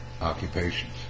occupations